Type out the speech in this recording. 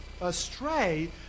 astray